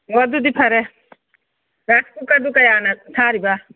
ꯑꯣ ꯑꯗꯨꯗꯤ fried rice ꯀꯨꯀꯔꯗꯨ ꯀꯌꯥꯅ ꯊꯥꯔꯤꯕ